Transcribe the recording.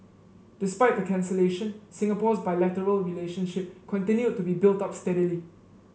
despite the cancellation Singapore's bilateral relationship continued to be built up steadily